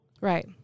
Right